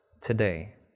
today